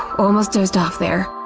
almost dozed off there.